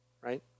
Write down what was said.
right